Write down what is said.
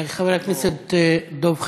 לחבר הכנסת דב חנין,